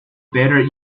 better